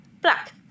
Black